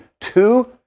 two